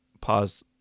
pause